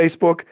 Facebook